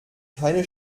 keine